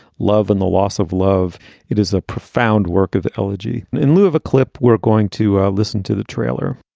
love and the loss of love it is a profound work of elegy in lieu of a clip. we're going to listen to the trailer